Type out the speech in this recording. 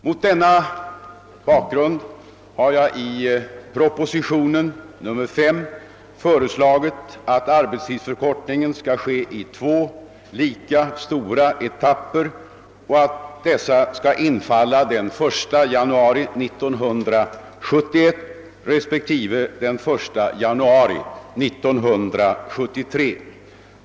Mot denna bakgrund har jag i propositionen 5 föreslagit att arbetstidsförkortningen skall ske i två lika stora etapper och att dessa skall infalla 1 januari 1971 respektive 1 januari 1973.